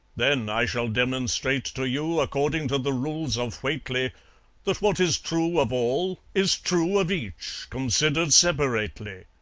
then i shall demonstrate to you, according to the rules of whately that what is true of all, is true of each, considered separately.